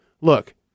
Look